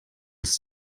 was